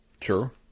Sure